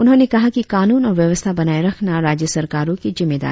उन्होंने कहा कि कानून और व्यवस्था बनाए रखना राज्य सरकारों की जिम्मेदारी है